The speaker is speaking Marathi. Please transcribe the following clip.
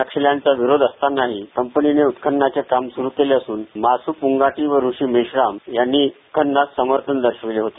नक्षल्यांचा विरोध असतानाही कंपनीने उत्खननाचे काम स्रु केले असून मासू पुंगाटी आणि ऋषी मेश्राम यांनी उत्खननास समर्थन दर्शविले होते